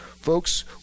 Folks